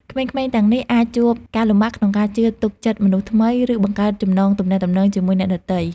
ក្មេងៗទាំងនេះអាចជួបការលំបាកក្នុងការជឿទុកចិត្តមនុស្សថ្មី ឬបង្កើតចំណងទំនាក់ទំនងជាមួយអ្នកដទៃ។